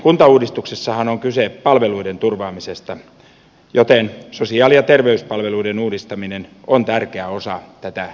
kuntauudistuksessahan on kyse palveluiden turvaamisesta joten sosiaali ja terveyspalveluiden uudistaminen on tärkeä osa tätä koko kuntauudistusta